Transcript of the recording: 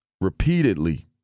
repeatedly